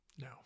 No